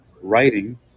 writing